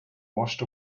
washed